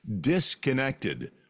disconnected